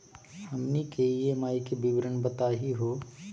हमनी के ई.एम.आई के विवरण बताही हो?